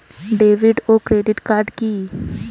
David ও credit card কি?